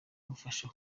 imufasha